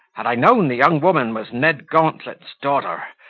had i known the young woman was ned gauntlet's daughter,